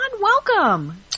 welcome